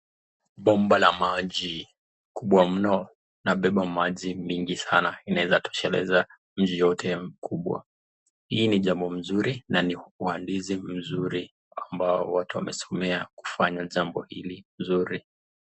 Bomba LA maji kubwa mno inabeba maji inaezatosheleza nchi yote kubwa hii ni jambo nzuri na uandisi kubwa ambao watu wamesomea kufanya jambo hili zuri.